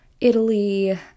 Italy